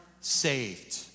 saved